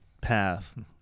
path